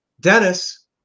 Dennis